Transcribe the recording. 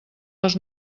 les